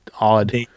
odd